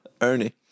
Ernie